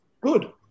good